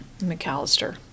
McAllister